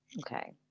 Okay